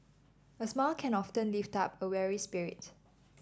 a smile can often lift up a weary spirit